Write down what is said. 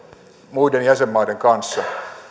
muiden jäsenmaiden kanssa